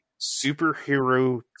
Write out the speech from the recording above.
superhero